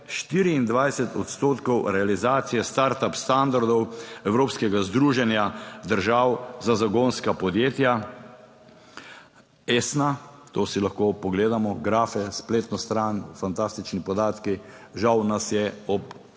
24 odstotkov realizacije start up standardov Evropskega združenja držav za zagonska podjetja, ESSN, to si lahko pogledamo grafe, spletno stran, fantastični podatki, žal nas je ob študiju